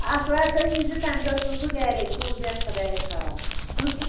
آتھوارِ دۄہ ییٖزِ تَمہِ دۄہ چھُس بہٕ گَرے تُل بیٚہہ خۄدایَس حوال